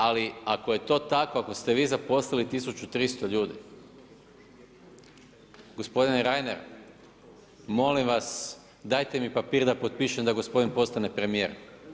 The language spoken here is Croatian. Ali, ako je to tako, ako ste vi zaposlili 1300 ljudi, gospodin Reiner, molim vas, dajte mi papir da potpišem da gospodin postane premjer.